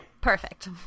Perfect